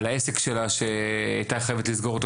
על העסק שלה שהיא הייתה חייבת לסגור אותו